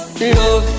love